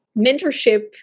mentorship